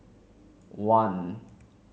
one